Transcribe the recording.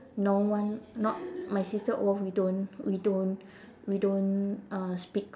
no one not my sister all we don't we don't we don't uh speak